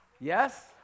Yes